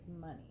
money